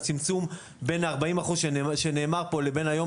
הצמצום בין ה-40% שנאמר פה לבין היום,